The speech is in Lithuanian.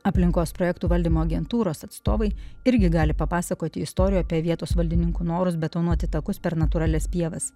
aplinkos projektų valdymo agentūros atstovai irgi gali papasakoti istoriją apie vietos valdininkų norus betonuoti takus per natūralias pievas